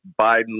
Biden